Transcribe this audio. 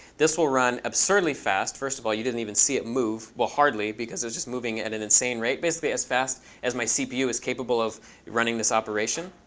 this will run absurdly fast. first of all, you didn't even see it move well, hardly. because it's just moving at an insane rate, basically as fast as my cpu is capable of running this operation.